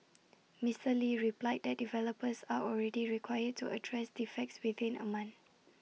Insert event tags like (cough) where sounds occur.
(noise) Mister lee replied that developers are already required to address defects within A month